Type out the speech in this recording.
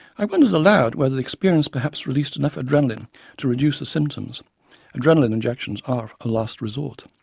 i wondered aloud whether the experience perhaps released enough adrenaline to reduce the symptoms adrenaline injections are a last resort.